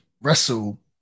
wrestle